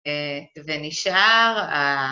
ונשאר ה...